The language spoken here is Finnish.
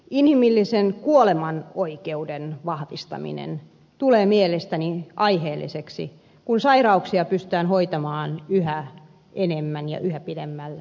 inhimillisen kuoleman oikeuden vahvistaminen tulee mielestäni aiheelliseksi kun sairauksia pystytään hoitamaan yhä enemmän ja yhä pidemmälle